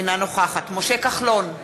אינה נוכחת משה כחלון,